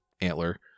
antler